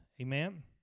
Amen